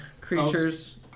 creatures